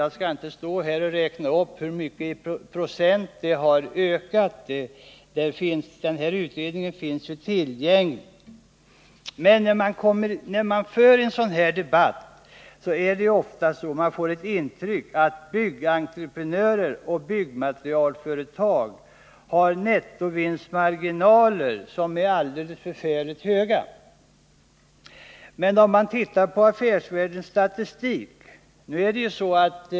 Jag skall inte stå här och räkna upp hur mycket de har ökat i procent — utredningen finns tillgänglig — men när man lyssnar till en sådan här debatt får man ofta intrycket att byggentreprenörer och byggmaterialföretag har alldeles förfärligt stora nettovinstmarginaler.